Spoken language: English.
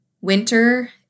winter